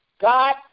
God